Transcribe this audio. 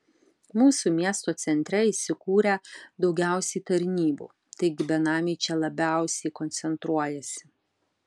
mūsų miesto centre įsikūrę daugiausiai tarnybų taigi benamiai čia labiausiai koncentruojasi